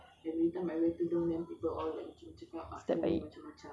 you meet american union people start a